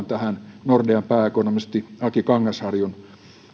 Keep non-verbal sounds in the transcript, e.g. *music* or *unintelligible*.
*unintelligible* tähän nordean pääekonomisti aki kangasharjun